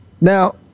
Now